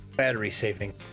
battery-saving